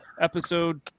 episode